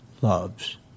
loves